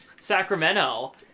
Sacramento